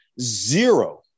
zero